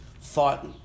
thought